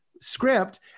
script